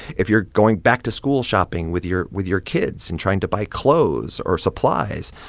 if you're going back-to-school shopping with your with your kids and trying to buy clothes or supplies,